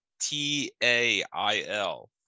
t-a-i-l